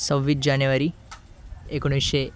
सव्वीस जानेवारी एकोणीसशे